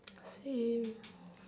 say